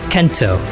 Kento